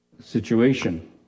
situation